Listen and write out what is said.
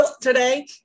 today